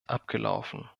abgelaufen